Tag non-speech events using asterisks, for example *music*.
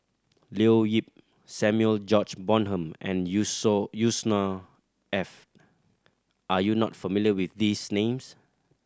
Leo Yip Samuel George Bonham and *unintelligible* Yusnor Ef are you not familiar with these names